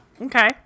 Okay